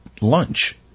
lunch